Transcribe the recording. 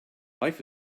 life